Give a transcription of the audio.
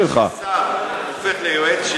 נכון שזה לא עיקר החוק,